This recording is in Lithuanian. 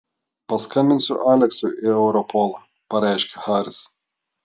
paskambinsiu aleksui į europolą pareiškė haris